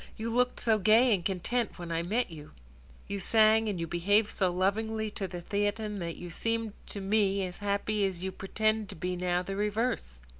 you looked so gay and content when i met you you sang and you behaved so lovingly to the theatin, that you seemed to me as happy as you pretend to be now the reverse.